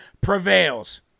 prevails